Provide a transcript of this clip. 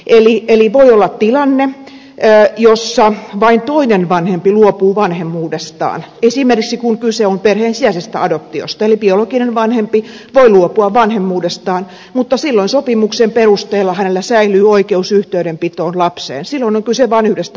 eli voi olla tilanne jossa vain toinen vanhempi luopuu vanhemmuudestaan esimerkiksi kun kyse on perheen sisäisestä adoptiosta eli biologinen vanhempi voi luopua vanhemmuudestaan mutta silloin sopimuksen perusteella hänellä säilyy oikeus yhteydenpitoon lapseen silloin on kyse vain yhdestä vanhemmasta